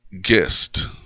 guest